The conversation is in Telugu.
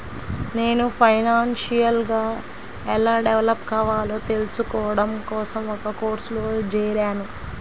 నేను ఫైనాన్షియల్ గా ఎలా డెవలప్ కావాలో తెల్సుకోడం కోసం ఒక కోర్సులో జేరాను